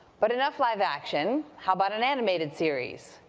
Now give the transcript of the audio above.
but enough live action. how about an animated series?